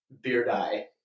beard-eye